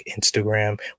Instagram